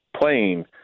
playing